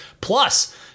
Plus